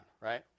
right